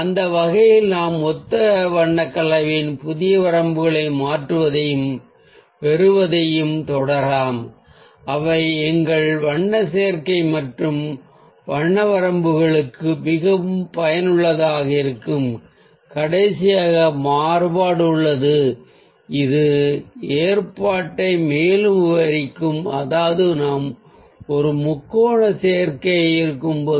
அந்த வகையில் நாம் ஒத்த வண்ண கலவையின் புதிய வரம்புகளை மாற்றுவதையும் பெறுவதையும் தொடரலாம் அவை நம் வண்ண சேர்க்கை மற்றும் வண்ண வரம்புகளுக்கு மிகவும் பயனுள்ளதாக இருக்கும் கடைசி மாறுபாடு ஒன்று உள்ளது இது ஏற்பாட்டை மேலும் விரிவாக்கும் அதாவது நாம் ஒரு முக்கோண சேர்க்கையை வைத்திருக்கும் போது